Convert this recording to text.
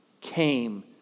came